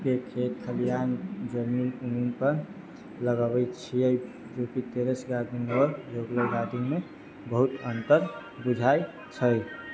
के खेत खलिहान जमीन उमीनपर लगबै छियै जोकि टेरेस गार्डनिंग आओर रेगुलर गार्डनिंगमे बहुत अन्तर बुझाइत छै